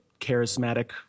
charismatic